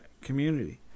community